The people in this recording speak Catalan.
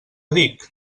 dic